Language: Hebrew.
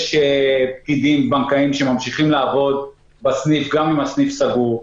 יש פקידים בנקאיים שממשיכים לעבוד בסניף גם אם הסניף סגור,